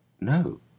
No